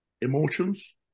emotions